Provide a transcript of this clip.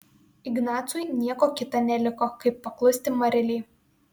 ignacui nieko kita neliko kaip paklusti marilei